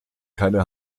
keine